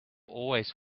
always